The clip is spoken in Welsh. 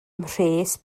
mhres